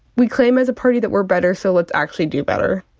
we claim, as a party, that we're better, so let's actually do better.